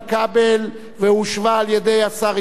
והשיב עליה השר יצחק אהרונוביץ.